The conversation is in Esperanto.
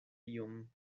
iom